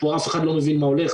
פה אף אחד לא מבין מה הולך